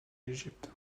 égypte